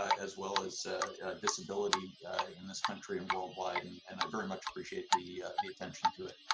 as well as disability in this country and worldwide, and and i very much appreciate the the attention to it.